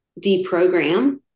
deprogram